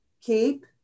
keep